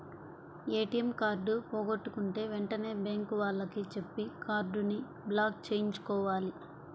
ATM card పోగొట్టుకుంటే వెంటనే bank వాళ్లకి చెప్పి కార్డుని బ్లాక్ చేయించుకోవాలి